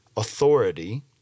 authority